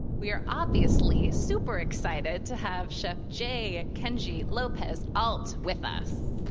we are obviously super excited to have chef j. kenji lopez-alt with us.